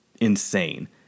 insane